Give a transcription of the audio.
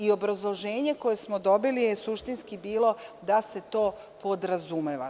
Obrazloženje koje smo dobili je suštinski bilo da se to podrazumeva.